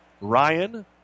Ryan